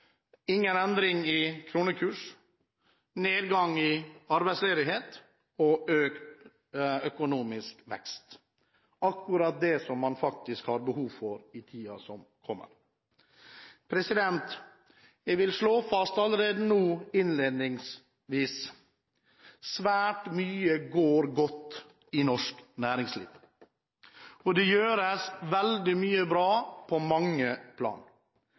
ingen endring i kronekurs, nedgang i arbeidsledighet og økt økonomisk vekst – akkurat det man faktisk har behov for i tiden som kommer. Jeg vil innledningsvis slå fast at svært mye går godt i norsk næringsliv. Det gjøres veldig mye bra på mange plan.